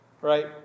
right